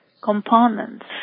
components